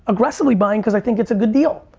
aggressively buying cause i think it's a good deal,